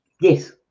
Yes